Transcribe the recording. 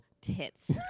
tits